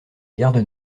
gardes